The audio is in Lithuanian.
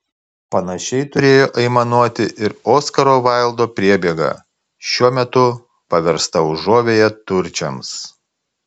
panašiai turėjo aimanuoti ir oskaro vaildo priebėga šiuo metu paversta užuovėja turčiams